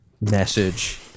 message